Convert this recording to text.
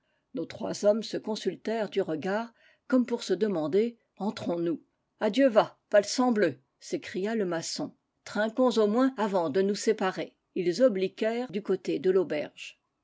nos trois hommes se consultèrent du regard comme pour se demander entrons nous a dieu va palsambleu s'écria le maçon trinquons au moins avant de nous séparer ils obliquèrent du côté de